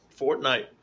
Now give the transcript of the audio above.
Fortnite